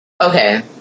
Okay